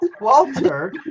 walter